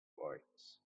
arts